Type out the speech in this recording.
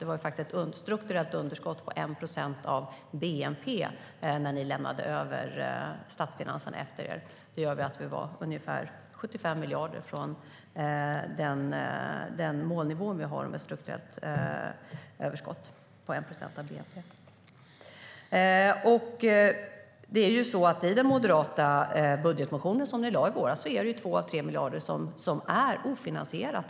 Det var faktiskt ett strukturellt underskott på 1 procent av bnp som ni lämnade efter er när ni lämnade över statsfinanserna. Det gjorde att vi var ungefär 75 miljarder från målet vi har om ett strukturellt överskott på 1 procent av bnp. I den moderata budgetmotionen som ni lade fram i våras är det 2-3 miljarder som är ofinansierade.